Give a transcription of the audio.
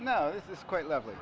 know this is quite lovely